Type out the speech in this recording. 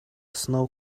snow